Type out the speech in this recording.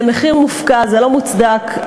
זה מחיר מופקע, זה לא מוצדק.